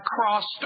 crossed